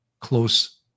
close